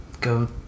Go